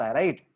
right